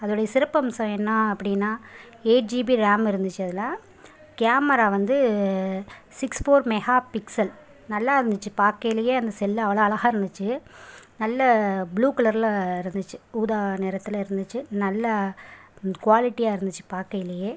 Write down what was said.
அதோடய சிறப்பம்சம் என்ன அப்படின்னா எய்ட் ஜிபி ராம் இருந்துச்சு அதில் கேமரா வந்து சிக்ஸ் ஃபோர் மெகா பிக்சல் நல்லாருந்துச்சு பார்க்கயிலே அந்த செல் அவ்வளோ அழகா இருந்துச்சு நல்ல ப்ளூ கலரில் இருந்துச்சு ஊதா நிறத்தில் இருந்துச்சு நல்ல க்வாலிட்டியாக இருந்துச்சு பார்க்கயிலேயே